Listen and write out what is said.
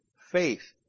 faith